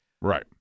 Right